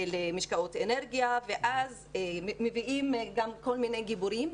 למשקאות אנרגיה ואז מביאים גם כל מיני גיבורים,